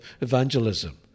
evangelism